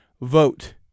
vote